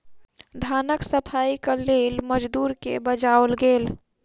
धानक सफाईक लेल मजदूर के बजाओल गेल